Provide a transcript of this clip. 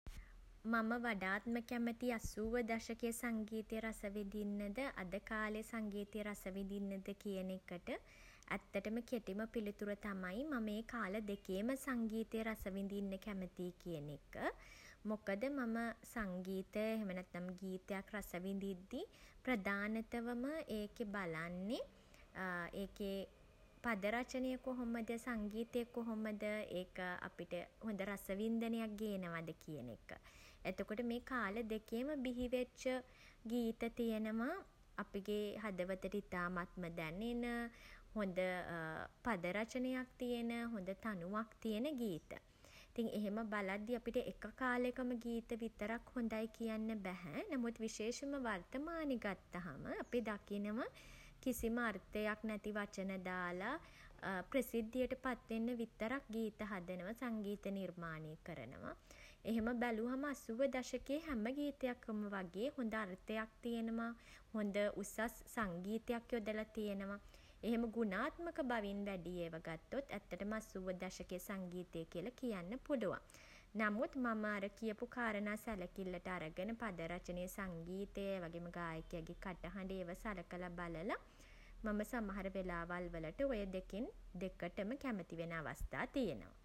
මම වඩාත්ම කැමති අසූව දශකයේ සංගීතය රස විඳින්න ද අද කාලෙ සංගීතය රස විඳින්න ද කියන එකට ඇත්තටම කෙටිම පිළිතුර තමයි මම ඒ කාල දෙකේම සංගීතය රස විඳින්න කැමතියි කියන එක. මොකද මම සංගීතය එහෙම නැත්තම් ගීතයක් රස විදිද්දී ප්‍රධානතවම ඒකෙ බලන්නෙ ඒකෙ පදරචනය කොහොමද සංගීතය කොහොමද ඒක අපිට හොඳ රසවින්දනයක් ගේනවද කියන එක. එතකොට මේ කාල දෙකේම බිහිවෙච්ච ගීත තියෙනව අපගේ හදවතට ඉතාමත්ම දැනෙන හොඳ පද රචනයක් තියෙන හොඳ තනුවක් තියෙන ගීත. ඉතින් එහෙම බලද්දි අපිට එක කාලෙකම ගීත විතරක් හොඳයි කියන්න බැහැ. නමුත් විශේෂෙන්ම වර්තමානෙ ගත්තහම අපි දකිනව කිසිම අර්ථයක් නැති වචන දාලා ප්‍රසිද්ධියට පත් වෙන්න විතරක් ගීත හදනවා. සංගීත නිර්මාණය කරනවා. එහෙම බැලුහම අසූව දශකයේ හැම ගීතයකම වගේ හොඳ අර්ථයක් තියෙනවා හොද උසස් සංගීතයක් යොදලා තියෙනවා. එහෙම ගුණාත්මක බවින් වැඩි ඒවා ගත්තොත් ඇත්තටම අසූව දශකයේ සංගීතය කියලා කියන්න පුළුවන්. නමුත් මම අර කියපු කාරණා සැලකිල්ලට අරගෙන පද රචනය සංගීතය ඒ වගේම ගායකයගේ කටහඬ ඒවා සලකලා බලලා මම සමහර වෙලාවල් වලට ඔය දෙකෙන් දෙකටම කැමති වෙන අවස්ථා තියෙනවා.